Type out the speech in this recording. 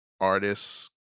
artists